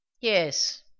Yes